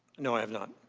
know, i have not.